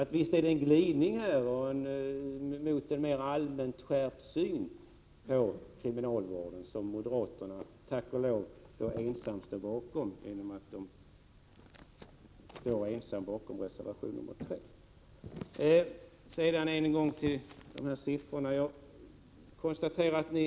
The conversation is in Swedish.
Visst innebär det en glidning mot en mera allmänt skärpt syn på kriminalvården som moderaterna — tack och lov ensamma står Prot. 1987/88:133 bakom genom sin reservation nr 3. 3 juni 1988 Så dessa siffror en gång till.